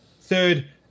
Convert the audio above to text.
Third